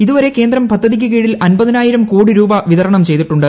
ഇതുവരെ കേന്ദ്രം പദ്ധതിക്ക് കീഴിൽ അൻപതിനായിരം കോടി രൂപ വിതരണം ചെയ്തിട്ടുണ്ട്